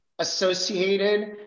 associated